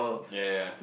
yea yea yea